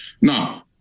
now